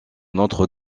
notre